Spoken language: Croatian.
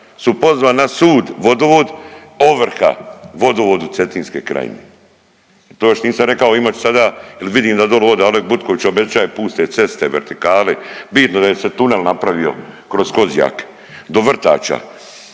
su pozvali na sud Vodovod, ovrha Vodovodu Cetinske krajine. To još nisam rekao imat ću sada jel vidim da doli oda … Butković obećaje puste ceste vertikale, bitno da je se tunel napravio kroz Kozjak do vrtača,